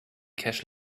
cash